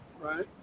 right